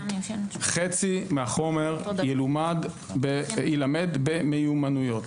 חצי מהחומר יילמד במיומנויות.